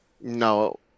No